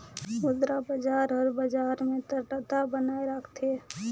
मुद्रा बजार हर बजार में तरलता बनाए राखथे